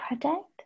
project